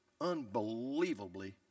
unbelievably